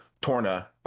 Torna